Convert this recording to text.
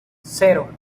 cero